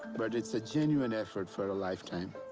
but it's a genuine effort for a lifetime.